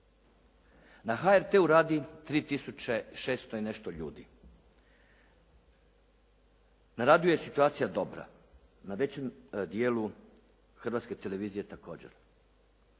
tisuće 600 i nešto ljudi. Na radiju je situacija dobra. Na većem dijelu Hrvatske televizije također,